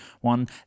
one